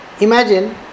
Imagine